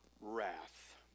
wrath